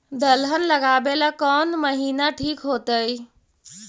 दलहन लगाबेला कौन महिना ठिक होतइ?